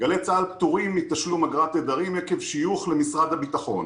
גלי צה"ל פטורים מתשלום אגרת תדרים עקב שיוך למשרד הביטחון.